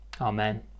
Amen